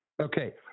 Okay